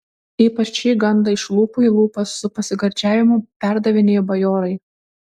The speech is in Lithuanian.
ypač šį gandą iš lūpų į lūpas su pasigardžiavimu perdavinėjo bajorai